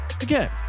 Again